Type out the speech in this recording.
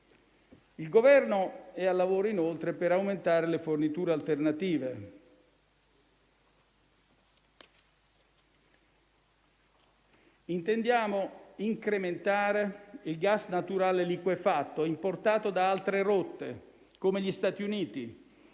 Il Governo è al lavoro inoltre per aumentare le forniture alternative. Intendiamo incrementare il gas naturale liquefatto importato da altre rotte, come gli Stati Uniti.